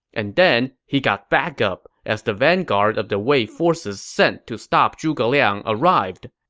and then, he got backup, as the vanguard of the wei forces sent to stop zhuge liang arrived.